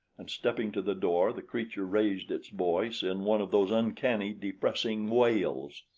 and stepping to the door the creature raised its voice in one of those uncanny, depressing wails.